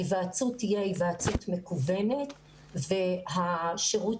ההיוועצות תהיה היוועצות מקוונת והשירות